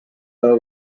bow